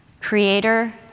Creator